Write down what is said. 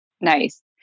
nice